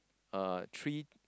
a tree